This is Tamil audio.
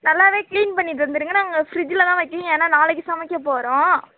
நல்லா கிளீன் பண்ணி தந்துடுங்க நாங்கள் ஃப்ரிட்ஜில் தான் வைக்கணும் ஏன்னா நாளைக்கு சமைக்க போகிறோம்